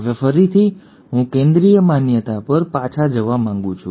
હવે ફરીથી હું કેન્દ્રીય માન્યતા પર પાછા જવા માંગુ છું